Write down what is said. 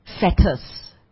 fetters